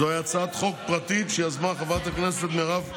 זוהי הצעת חוק פרטית שיזמה חברתה כנסת מירב כהן,